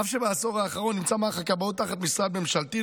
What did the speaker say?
אף שבעשור האחרון נמצא מערך הכבאות תחת משרד ממשלתי,